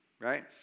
right